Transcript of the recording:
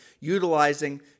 utilizing